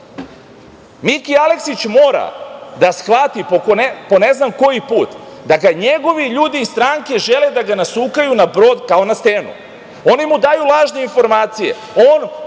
Aleksić mora da shvati, po ne znam koji put, da ga njegovi ljudi iz stranke žele da ga nasukaju na brod kao na stenu. Oni mu daju lažne informacije.